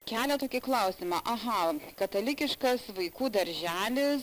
kelia tokį klausimą aha katalikiškas vaikų darželis